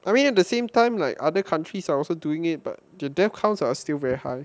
I mean at the same time like other countries are also doing it but the death counts are still very high